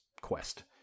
quest